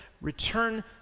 Return